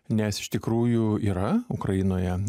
nes iš tikrųjų yra ukrainoje